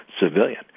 civilian